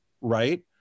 right